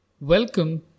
Welcome